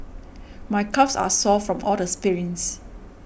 my calves are sore from all the sprints